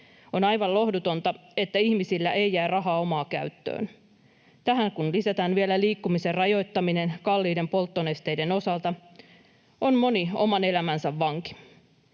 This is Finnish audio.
On aivan lohdutonta, että ihmisillä ei jää rahaa omaan käyttöön. Kun tähän lisätään vielä liikkumisen rajoittaminen kalliiden polttonesteiden osalta, on moni oman elämänsä vanki.